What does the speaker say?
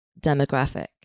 demographic